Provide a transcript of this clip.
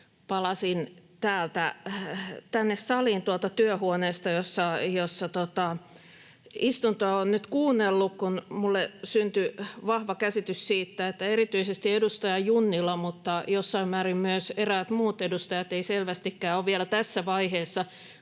Palasin tänne saliin tuolta työhuoneesta, jossa istuntoa olen nyt kuunnellut, kun minulle syntyi vahva käsitys, että erityisesti edustaja Junnila ja jossain määrin myös eräät muut edustajat eivät selvästikään ole vielä tässä vaiheessa lakiesityksen